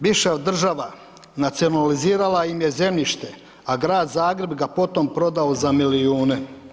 Bivša država nacionalizirala im je zemljište, a Grad Zagreb ga potom prodao za milijune.